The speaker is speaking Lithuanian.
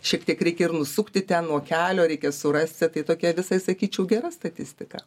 šiek tiek reikia ir nusukti ten nuo kelio reikia surasti tai tokia visai sakyčiau gera statistika